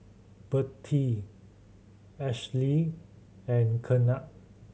Bertie Ashely and Kennard